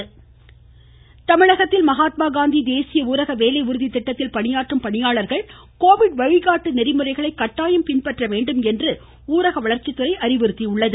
ஊரக வளர்ச்சித்துறை தமிழகத்தில் மகாத்மா காந்தி தேசிய ஊரக வேலை உறுதி திட்டத்தில் பணியாற்றும் பணியாளர்கள் கோவிட் வழிகாட்டு நெறிமுறைகளை கட்டாயம் பின்பற்ற வேண்டும் என ஊரக வளர்ச்சித்துறை அறிவுறுத்தியுள்ளது